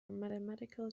mathematical